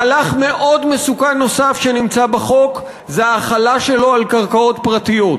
מהלך מאוד מסוכן נוסף שנמצא בחוק זה ההחלה שלו על קרקעות פרטיות.